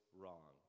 wrong